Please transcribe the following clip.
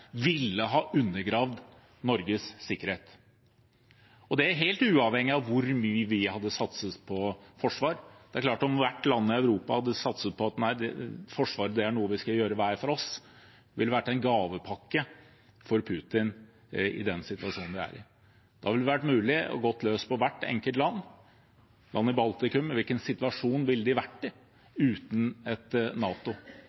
Det er helt uavhengig av hvor mye vi hadde satset på forsvar. Om hvert land i Europa hadde satset på at forsvar er noe vi skal gjøre hver for oss, er det klart at det ville vært en gavepakke for Putin i den situasjonen vi er i. Da ville det vært mulig å gå løs på hvert enkelt land i Baltikum. Hvilken situasjon ville vi vært